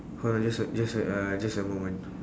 hold on just a just wait uh just a moment